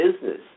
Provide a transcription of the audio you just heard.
business